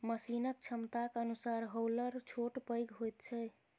मशीनक क्षमताक अनुसार हौलर छोट पैघ होइत छै